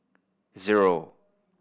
zero